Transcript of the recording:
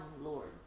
Lord